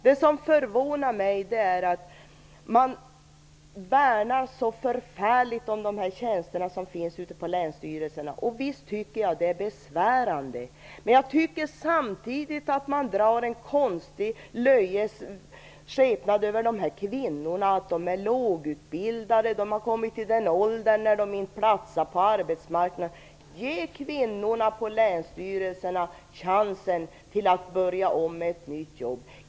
Det förvånar mig att man värnar så enormt om de här tjänsterna ute på länsstyrelserna. Visst tycker jag att det är besvärande. Men jag tycker samtidigt att man drar ett konstigt löjets skimmer över de här kvinnorna - de är lågutbildade och de har uppnått den ålder då de inte längre platsar på arbetsmarknaden. Ge kvinnorna på länsstyrelserna chansen att börja om med ett nytt jobb.